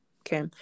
Okay